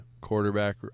quarterback